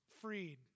freed